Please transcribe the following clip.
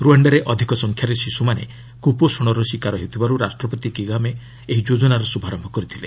ରୁଆଣ୍ଡାରେ ଅଧିକ ସଂଖ୍ୟାରେ ଶିଶୁମାନେ କୁପୋଷଣର ଶିକାର ହେଉଥିବାରୁ ରାଷ୍ଟ୍ରପତି କଗାମେ ଏହି ଯୋଜନାର ଶୁଭାରମ୍ଭ କରିଥିଲେ